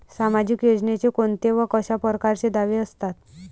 सामाजिक योजनेचे कोंते व कशा परकारचे दावे असतात?